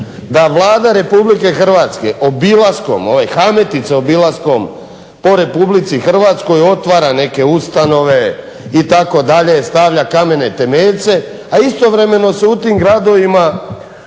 da Vlada Republike Hrvatske obilaskom, obilaskom u Republici Hrvatskoj otvara neke ustanove, stavlja kamene temeljce, a istovremeno se u tim gradovima